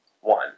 one